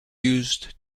used